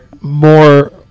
more